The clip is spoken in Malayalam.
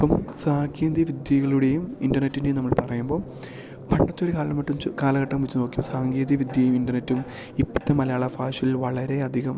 ഇപ്പം സാങ്കേതിവിദ്യകളുടേയും ഇൻ്റർനെറ്റിൻ്റെയും നമ്മള് പറയുമ്പോൾ പണ്ടത്തൊര് കാലഘട്ടം കാലഘട്ടം വെച്ച് നോക്കിയും സാങ്കേതികവിദ്യയും ഇൻ്റർനെറ്റും ഇപ്പത്തെ മലയാള ഭാഷയിൽ വളരെ അധികം